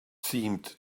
seemed